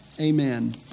amen